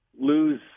lose